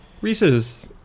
Reese's